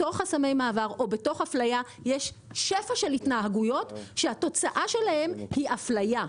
כשבתוך חסמי מעבר יש שפע של התנהגויות שהתוצאה שלהן היא אפליה.